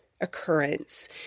occurrence